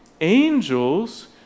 angels